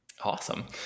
Awesome